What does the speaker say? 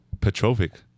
Petrovic